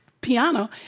piano